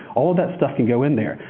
all that stuff can go in there.